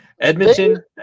Edmonton